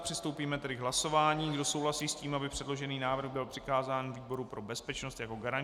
Přistoupíme tedy k hlasování, kdo souhlasí s tím, aby předložený návrh byl přikázán výboru pro bezpečnost jako garančnímu.